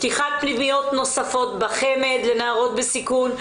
פתיחת פנימיות נוספות בחמ"ד לנערות בסיכון.